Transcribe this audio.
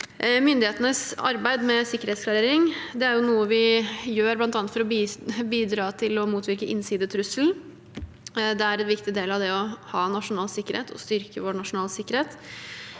Myndighetenes arbeid med sikkerhetsklarering er noe vi gjør bl.a. for å bidra til å motvirke innsidetrusselen. Det er en viktig del av nasjonal sikkerhet